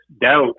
doubt